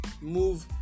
move